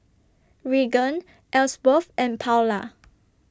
Reagan Elsworth and Paola